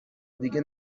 دیگه